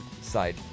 side